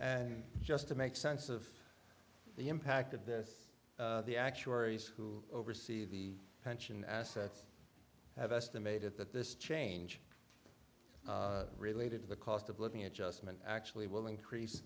and just to make sense of the impact of this the actuaries who oversee the pension assets have estimated that this change related to the cost of living adjustment actually will increase